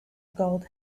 gold